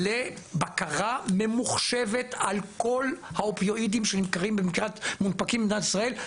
לבקרה ממוחשבת על כ האופיואידים שנמכרים ומונפקים במדינת ישראל,